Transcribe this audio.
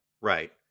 Right